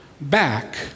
back